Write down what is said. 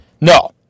No